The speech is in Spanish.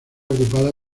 ocupada